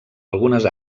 algunes